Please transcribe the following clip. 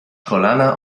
kolana